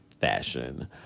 fashion